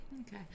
Okay